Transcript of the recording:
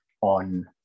on